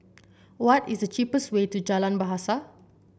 what is the cheapest way to Jalan Bahasa